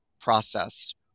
processed